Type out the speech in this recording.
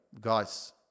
guys